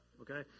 okay